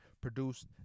produced